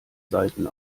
saiten